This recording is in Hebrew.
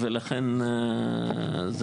זאת